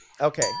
Okay